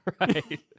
Right